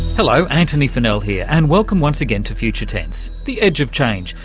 hello, antony funnell here and welcome once again to future tense, the edge of change,